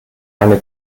eine